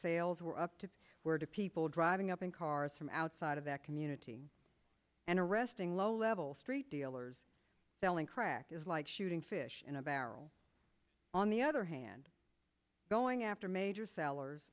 sales were up to where to people driving up in cars from outside of that community and arresting low level street dealers selling crack is shooting fish in a barrel on the other hand going after major sellers